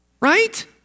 right